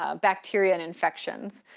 ah bacteria and infections.